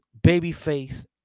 Babyface